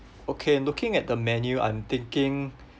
okay looking at the menu I'm thinking